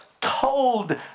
told